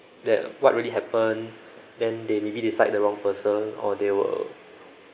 that what really happened then they maybe they side the wrong person or they will